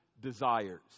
desires